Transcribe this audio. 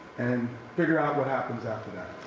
and figure out what happens after that.